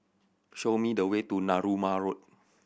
show me the way to Narooma Road